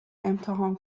امتحان